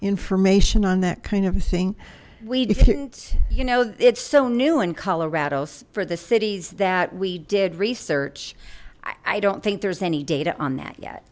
information on that kind of thing we didn't you know it's so new in colorados for the cities that we did research i don't think there's any data on that yet